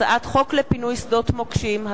הצעת חוק לפינוי שדות מוקשים,